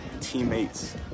teammates